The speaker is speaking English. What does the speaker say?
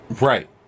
Right